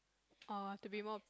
uh to be more